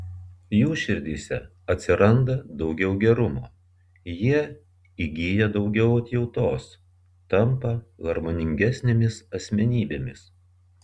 jų širdyse atsiranda daugiau gerumo jie įgyja daugiau atjautos tampa harmoningesnėmis asmenybėmis